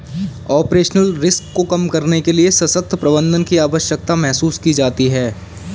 operational risk को कम करने के लिए सशक्त प्रबंधन की आवश्यकता महसूस की जाती है